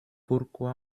pourquoi